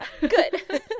good